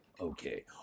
Okay